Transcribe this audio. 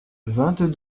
vingt